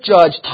Judge